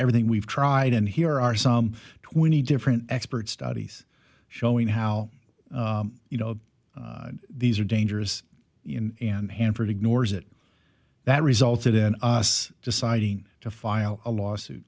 everything we've tried and here are some twenty different experts studies showing how you know these are dangerous and hanford ignores it that resulted in us deciding to file a lawsuit